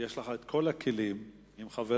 יש לך את כל הכלים, עם חבריך,